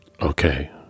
Okay